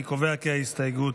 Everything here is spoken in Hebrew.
אני קובע כי ההסתייגות